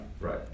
Right